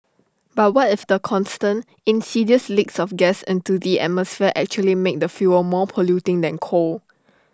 but what if the constant insidious leaks of gas into the atmosphere actually make the fuel more polluting than coal